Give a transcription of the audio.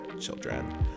Children